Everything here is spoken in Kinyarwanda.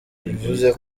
bivuze